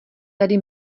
tady